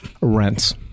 rents